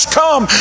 come